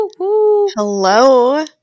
Hello